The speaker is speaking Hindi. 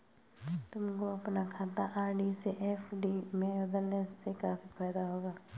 तुमको अपना खाता आर.डी से एफ.डी में बदलने से काफी फायदा होगा